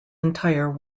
entire